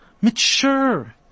mature